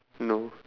no